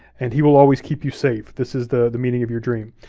and he will always keep you safe. this is the the meaning of your dream.